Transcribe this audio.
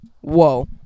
Whoa